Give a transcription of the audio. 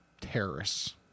terrorists